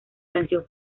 canción